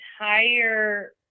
entire